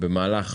במהלך